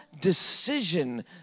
decision